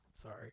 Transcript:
Sorry